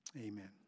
Amen